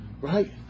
right